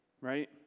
right